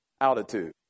altitude